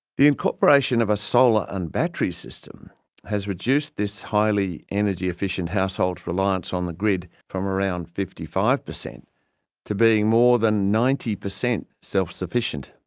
the incorporation of a solar and battery system has reduced this highly energy efficient household's reliance on the grid, from around fifty five per cent to being more than ninety per cent self sufficient,